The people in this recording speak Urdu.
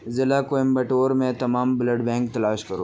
ضلع کوئمبٹور میں تمام بلڈ بینک تلاش کرو